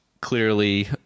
clearly